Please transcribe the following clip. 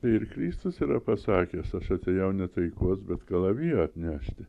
ir kristus yra pasakęs aš atėjau ne taikos bet kalavijo atnešti